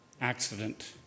accident